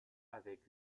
avec